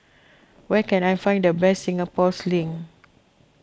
where can I find the best Singapore Sling